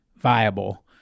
viable